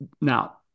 Now